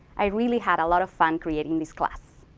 i really had a lot of fun creating this class.